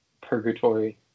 purgatory